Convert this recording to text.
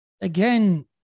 again